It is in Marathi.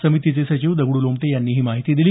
समितीचे सचिव दगडू लोमटे यांनी ही माहिती दिली